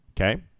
Okay